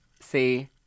See